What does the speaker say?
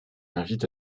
invite